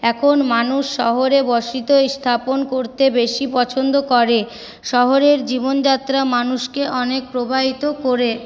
এখন মানুষ শহরে বসিত স্থাপন করতে বেশি পছন্দ করে শহরের জীবনযাত্রা মানুষকে অনেক প্রবাহিত করে